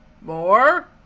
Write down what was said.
More